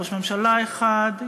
ראש ממשלה אחד,